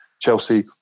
Chelsea